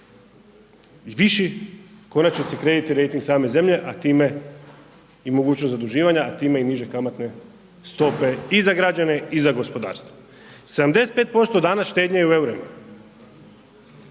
viši u konačnici kreditni rejting same zemlje, a time i mogućnost zaduživanja, a time i niže kamatne stope i za građane i za gospodarstvo. 75% danas štednje u EUR-ima,